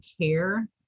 care